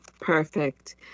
Perfect